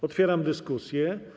Otwieram dyskusję.